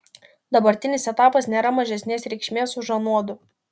dabartinis etapas nėra mažesnės reikšmės už anuodu